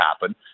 happen